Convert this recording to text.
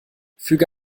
füge